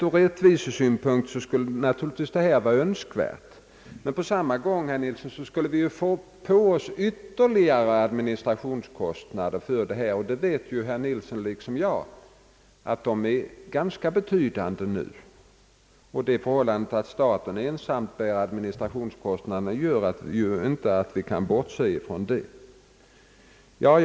Ur rättvisesynpunkt skulle naturligtvis detta vara önskvärt, men vi skulle på samma gång, herr Nilsson, dra på oss ytterligare administrationskostnader. Herr Nilsson vet liksom jag att de kostnaderna redan är ganska betydande, och det förhållandet att staten ensam bär administrationskostnaderna gör att vi inte kan bortse från den sidan av saken.